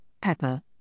pepper